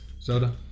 Soda